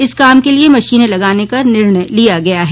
इस काम के लिए मशीनें लगाने का निर्णय लिया गया है